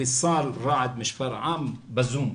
ויסאל רעד משפרעם, בזום.